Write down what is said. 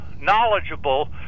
knowledgeable